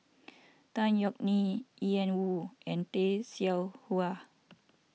Tan Yeok Nee Ian Woo and Tay Seow Huah